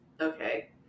Okay